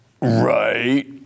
right